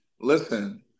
Listen